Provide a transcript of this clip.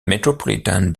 metropolitan